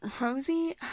Rosie